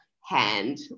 hand